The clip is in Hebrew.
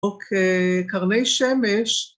אוקיי, קרני שמש.